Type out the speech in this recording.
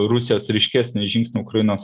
rusijos ryškesnį žingsnį ukrainos